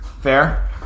Fair